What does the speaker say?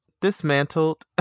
dismantled